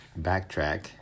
backtrack